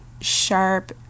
sharp